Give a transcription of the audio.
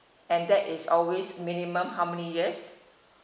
and that is always minimum how many years